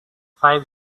five